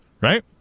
right